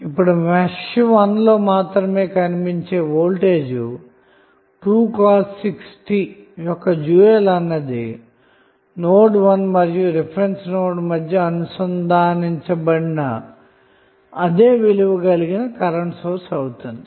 ఇప్పుడు మెష్ 1 లో మాత్రమే కనిపించిన వోల్టేజ్ 2 cos 6t యొక్క డ్యూయల్ అన్నది నోడ్ 1 మరియు రిఫరెన్స్ నోడ్ ల మధ్య అనుసంధానించబడిన అదే విలువ కలిగిన కరెంటు సోర్స్ అవుతుంది